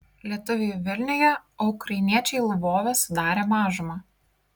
lietuviai vilniuje o ukrainiečiai lvove sudarė mažumą